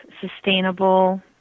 sustainable